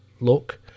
look